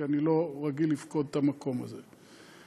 כי אני לא רגיל לפקוד את המקום הזה.